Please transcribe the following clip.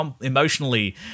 emotionally